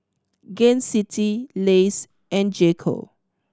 Gain City Lays and J Co